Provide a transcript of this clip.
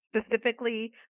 specifically